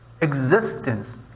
existence